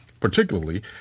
particularly